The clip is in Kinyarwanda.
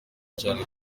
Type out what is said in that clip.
cyane